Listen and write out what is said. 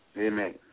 Amen